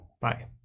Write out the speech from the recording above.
Bye